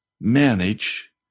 manage